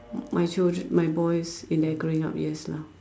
my children my boys in their growing up years lah